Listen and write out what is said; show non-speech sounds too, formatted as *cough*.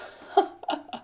*laughs*